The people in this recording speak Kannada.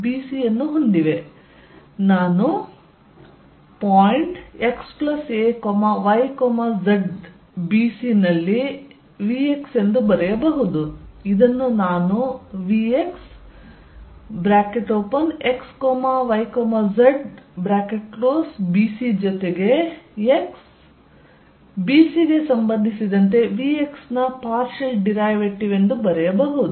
ಆದ್ದರಿಂದ ನಾನು x a y z bc ನಲ್ಲಿ vx ಎಂದು ಬರೆಯಬಹುದು ಇದನ್ನು ನಾನು vxxyzbc ಜೊತೆಗೆ x bc ಗೆ ಸಂಬಂಧಿಸಿದಂತೆ vx ನ ಪಾರ್ಷಿಯಲ್ ಡಿರೈವೇಟಿವ್ ಎಂದು ಬರೆಯಬಹುದು